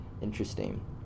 interesting